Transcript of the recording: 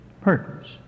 purpose